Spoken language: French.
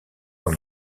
dans